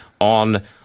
on